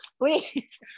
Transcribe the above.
please